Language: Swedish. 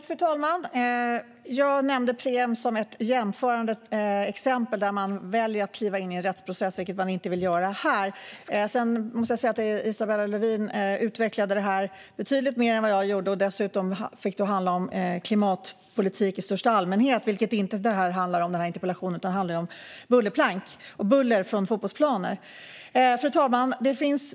Fru talman! Jag nämnde Preem som ett jämförande exempel där man väljer att kliva in i en rättsprocess, vilket man inte vill göra i det här fallet. Sedan måste jag säga att Isabella Lövin utvecklade det här betydligt mer än vad jag gjorde. Dessutom fick hon det att handla om klimatpolitik i största allmänhet, vilket inte den här interpellationen handlar om utan om bullerplank och buller från fotbollsplaner. Fru talman!